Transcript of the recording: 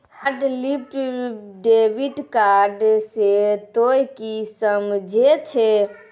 hotlist debit card से तोंय की समझे छौं